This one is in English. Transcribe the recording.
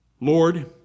Lord